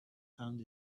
found